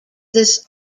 this